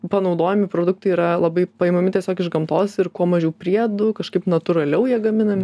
panaudojami produktai yra labai paimami tiesiog iš gamtos ir kuo mažiau priedų kažkaip natūraliau jie gaminami